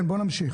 נמשיך